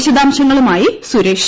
വിശദാംശങ്ങളുമായി സുരേഷ്